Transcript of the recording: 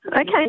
Okay